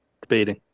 Debating